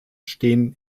stehen